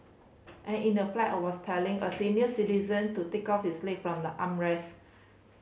and in the flight I was telling a senior citizen to take out his leg from the armrest